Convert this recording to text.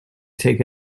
take